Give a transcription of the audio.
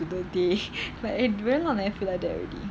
to the day like I very long never feel like that already